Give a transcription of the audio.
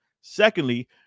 Secondly